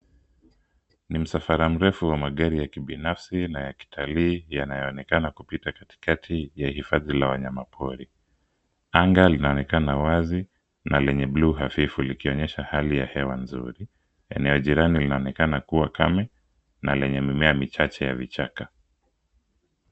Ni msafara mrefu wa magari ya kibinafsi na ya kitalii yanayoonekana kupita katikati ya hifadhi la wanyama pori. Anga linaonekana wazi na lenye blue hafifu likionyesha hali ya hewa nzuri. Eneo jirani linaonekana kuwa kame na lenye mimea michache ya vichaka.